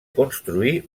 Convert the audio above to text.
construir